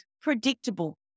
predictable